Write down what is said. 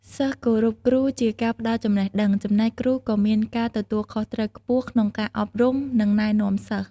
សិស្សគោរពគ្រូជាអ្នកផ្តល់ចំណេះដឹង ចំណែកគ្រូក៏មានការទទួលខុសត្រូវខ្ពស់ក្នុងការអប់រំ និងណែនាំសិស្ស។